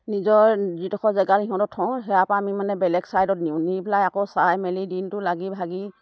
নিজৰ যিডোখৰ জেগাত সিহঁতক থওঁ সেয়াাৰপৰা আমি মানে বেলেগ চাইডত নিওঁ নি পেলাই আকৌ চাই মেলি দিনটো লাগি ভাগি